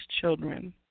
children